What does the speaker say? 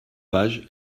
page